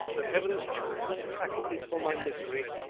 the heavens too contracted for my misery.